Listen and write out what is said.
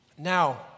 Now